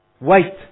Wait